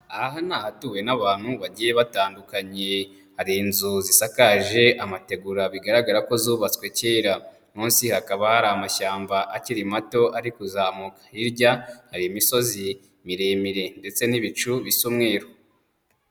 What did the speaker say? Aha ni ahatuwe n'abantu bagiye batandukanye, hari inzu zisakaje amategura bigaragara ko zubatswe kera, munsi hakaba hari amashyamba akiri mato ari kuzamuka, hirya hari imisozi miremire ndetse n'ibicu bisa umweru.